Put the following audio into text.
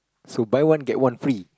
so buy one get one free